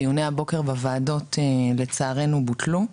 דיוני הבוקר בוועדות לצערנו בוטלו,